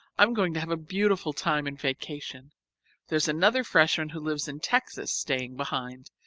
i'm going to have a beautiful time in vacation there's another freshman who lives in texas staying behind,